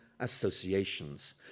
associations